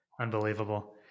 Unbelievable